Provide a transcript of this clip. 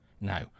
Now